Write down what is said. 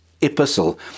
epistle